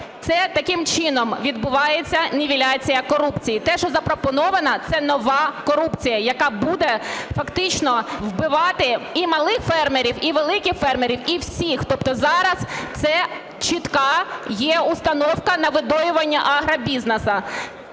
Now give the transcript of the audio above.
Це таким чином відбувається нівеляція корупції. Те, що запропоновано, це нова корупція, яка буде фактично вбивати і малих фермерів, і великих фермерів, і всіх. Тобто зараз це чітка є установка на "видоювання" агробізнесу.